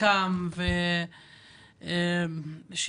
זה